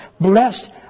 Blessed